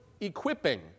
equipping